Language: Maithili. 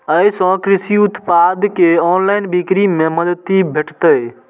अय सं कृषि उत्पाद के ऑनलाइन बिक्री मे मदति भेटतै